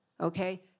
okay